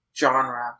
Genre